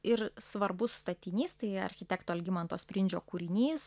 ir svarbus statinys tai architekto algimanto sprindžio kūrinys